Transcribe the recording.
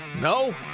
No